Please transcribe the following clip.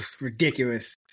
Ridiculous